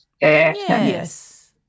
Yes